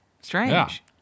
Strange